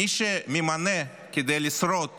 מי שכדי לשרוד